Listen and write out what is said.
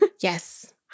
Yes